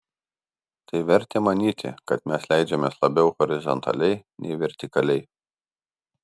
tai vertė manyti kad mes leidžiamės labiau horizontaliai nei vertikaliai